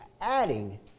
adding